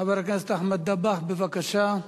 חבר הכנסת אחמד דבאח, בבקשה.